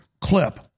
clip